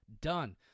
Done